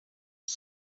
was